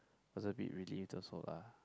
was a bit relieved also lah